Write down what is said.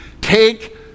Take